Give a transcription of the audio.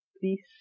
Please